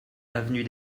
avenue